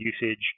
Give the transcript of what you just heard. usage